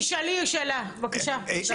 תשאלי שאלה, בבקשה, תשאלי.